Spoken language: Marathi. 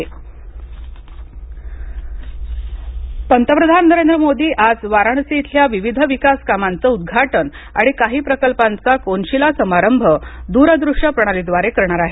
पंतप्रधान पंतप्रधान नरेंद्र मोदी आज वाराणसी इथल्या विविध विकास कामांच उद्घाटन आणि काही प्रकल्पांचा कोनशीला समारंभ दुरदृष्य प्रणाली द्वारे करणार आहेत